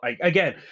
Again